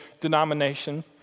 denomination